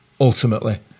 ultimately